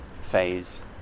phase